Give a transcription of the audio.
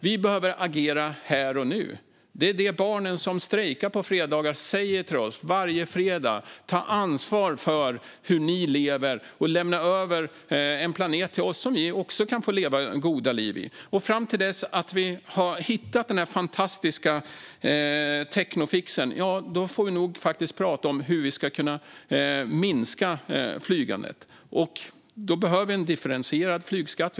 Vi behöver agera här och nu. Det är det barnen som strejkar på fredagar säger till oss, varje fredag: Ta ansvar för hur ni lever och lämna över en planet till oss som vi också kan få leva goda liv på! Fram till dess att vi har hittat den fantastiska teknofixen får vi nog prata om hur vi ska kunna minska flygandet. Då behöver vi en differentierad flygskatt.